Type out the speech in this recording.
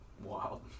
wow